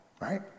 right